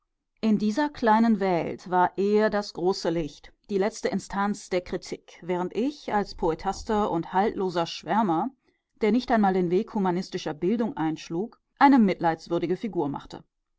in dieser kleinen welt war er das große licht die letzte instanz der kritik während ich als poetaster und haltloser schwärmer der nicht einmal den weg humanistischer bildung einschlug eine mitleidswürdige figur machte